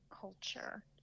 culture